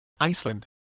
Iceland